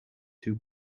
too